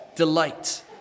delight